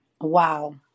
Wow